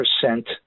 percent